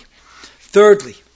Thirdly